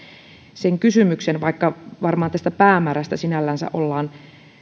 sen kysymyksen vaikka varmaan päämäärästä sinällään ollaan